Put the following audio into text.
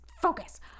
focus